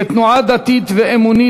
כתנועה דתית ואמונית,